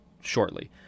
shortly